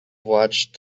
watched